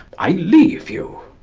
i leave you.